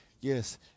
yes